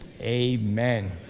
amen